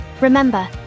Remember